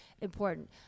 important